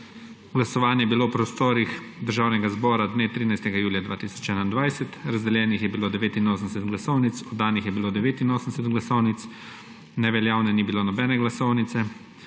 Glasovanje je bilo v prostorih Državnega zbora dne 13. julija 2021. Razdeljenih je bilo 89 glasovnic, oddanih je bilo 89 glasovnic, neveljavne ni bilo nobene glasovnice.